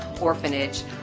Orphanage